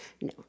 No